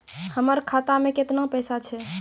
हमर खाता मैं केतना पैसा छह?